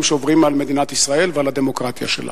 שעוברים על מדינת ישראל ועל הדמוקרטיה שלה.